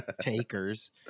Takers